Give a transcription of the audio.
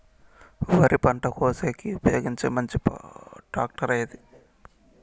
వరి పంట కోసేకి ఉపయోగించే మంచి టాక్టర్ ఏది?